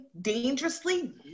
dangerously